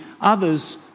others